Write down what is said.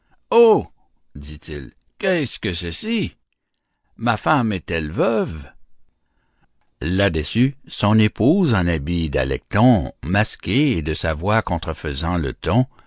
oh dit-il qu'est ceci ma femme est-elle veuve là-dessus son épouse en habit d'alecton masquée et de sa voix contrefaisant le ton